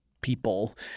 people